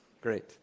Great